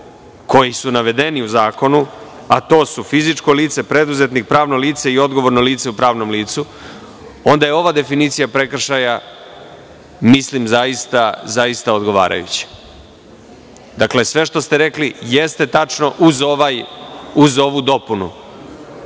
koji su navedeni u zakonu, a to su fizičko lice, preduzetnik, pravno lice i odgovorno lice u pravnom licu, onda je ova definicija prekršaja zaista odgovarajuća. Sve što ste rekli jeste tačno uz ovu dopunu.